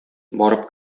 барып